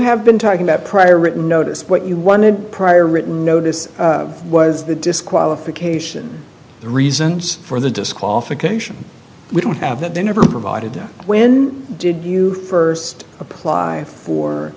have been talking about prior written notice what you wanted prior written notice was the disqualification the reasons for the disqualification we don't have that they never provided that when did you first apply for